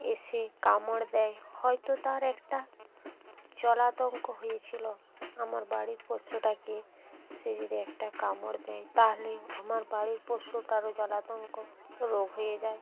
এসে কামড় দেয় হয়তো তার একটা জলাতঙ্ক হয়েছিলো আমার বাড়ির পোষ্যটাকে সে যদি একটা কামড় দেয় তাহলেও আমার বাড়ির পোষ্যটারও জলাতঙ্ক রোগ হয়ে যায়